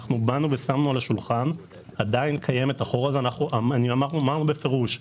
שמנו על השולחן, אמרנו בפירוש: